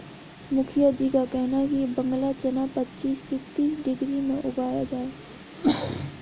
मुखिया जी का कहना है कि बांग्ला चना पच्चीस से तीस डिग्री में उगाया जाए